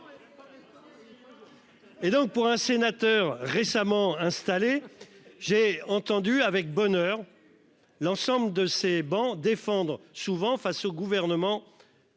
Et donc pour un sénateur, récemment installé. J'ai entendu avec bonheur. L'ensemble de ces bancs défendre souvent face au gouvernement.